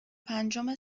پنجم